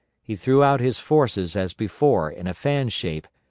he threw out his forces as before in a fan shape,